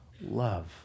love